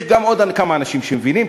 יש עוד כמה אנשים שמבינים.